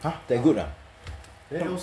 !huh! that good ah !wah!